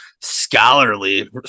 scholarly